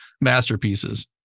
masterpieces